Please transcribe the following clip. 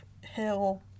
hill